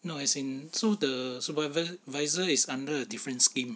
no as in so the supervis~ visor is under a different scheme